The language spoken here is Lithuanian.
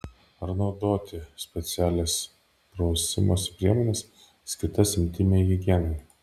ar naudoti specialias prausimosi priemones skirtas intymiai higienai